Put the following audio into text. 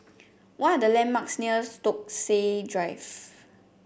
what are the landmarks near Stokesay Drive